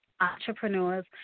entrepreneurs